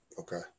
okay